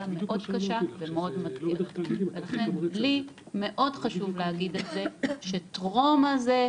מאוד קשה ולכן לי מאוד חשוב להגיד את זה שטרום הזה,